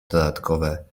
dodatkowe